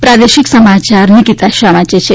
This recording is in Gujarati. પ્રાદેશિક સમાચાર નિકિતા શાહ વાંચે છે